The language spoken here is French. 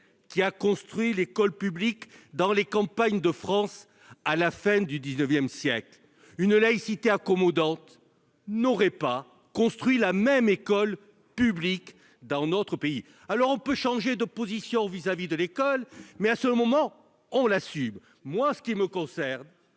qui a construit l'école publique dans les campagnes de France à la fin du XIXsiècle. Une laïcité accommodante n'aurait pas permis de construire la même école publique dans notre pays. On peut changer de position vis-à-vis de l'école, mais alors il faut l'assumer. En ce qui me concerne,